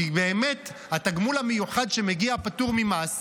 כי באמת התגמול המיוחד שמגיע פטור ממס,